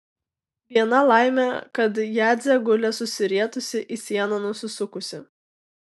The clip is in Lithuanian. viena laimė kad jadzė guli susirietusi į sieną nusisukusi